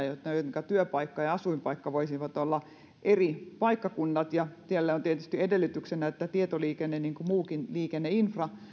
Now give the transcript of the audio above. elikkä työpaikka ja asuinpaikka voisivat olla eri paikkakunnat niin tälle on tietysti edellytyksenä että tietoliikenne toimii niin kuin muukin liikenneinfra